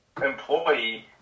employee